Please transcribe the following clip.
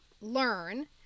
learn